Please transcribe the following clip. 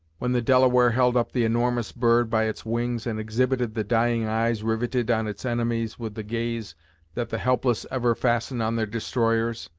when the delaware held up the enormous bird, by its wings, and exhibited the dying eyes riveted on its enemies with the gaze that the helpless ever fasten on their destroyers.